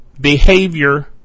behavior